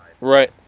Right